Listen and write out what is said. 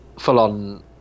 full-on